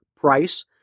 price